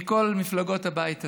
מכל מפלגות הבית הזה,